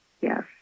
Yes